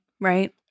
Right